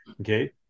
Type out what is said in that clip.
Okay